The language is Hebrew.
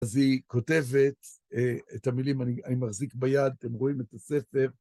אז היא כותבת את המילים, אני מחזיק ביד, אתם רואים את הספר.